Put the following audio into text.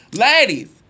ladies